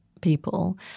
people